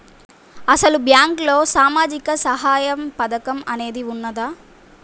అసలు బ్యాంక్లో సామాజిక సహాయం పథకం అనేది వున్నదా?